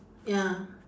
ya